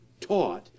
taught